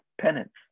penance